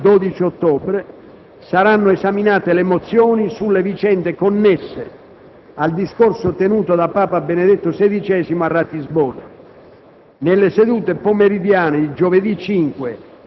Nel corso della seduta antimeridiana di giovedì 12 ottobre saranno esaminate le mozioni sulle vicende connesse al discorso tenuto da Papa Benedetto XVI a Ratisbona.